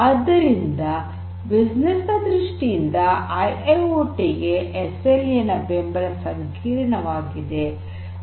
ಆದ್ದರಿಂದ ಬಿಸಿನೆಸ್ ನ ದೃಷ್ಟಿಯಿಂದ ಐಐಓಟಿ ಗೆ ಎಸ್ಎಲ್ಎ ನ ಬೆಂಬಲ ಸಂಕೀರ್ಣವಾಗಿದೆ